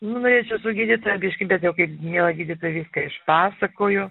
nu norėčiau su gydytoja biškį bet jau kaip miela gydytoja viską išpasakojo